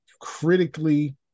Critically